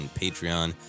patreon